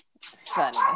funny